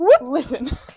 listen